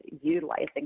utilizing